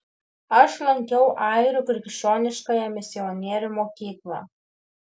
aš lankiau airių krikščioniškąją misionierių mokyklą